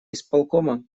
исполкома